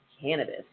cannabis